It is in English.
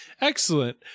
Excellent